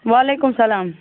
وعلیکُم سَلام